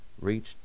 reached